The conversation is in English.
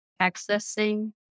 accessing